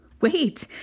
Wait